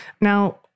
Now